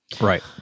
Right